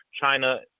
China